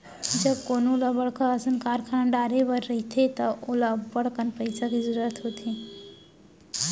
जब कोनो ल बड़का असन कारखाना डारे बर रहिथे त ओला अब्बड़कन पइसा के जरूरत होथे